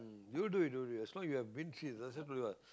mm you do it you do it as long as you have been through it